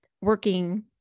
working